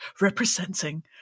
representing